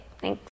Thanks